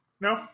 No